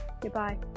Goodbye